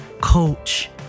coach